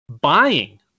buying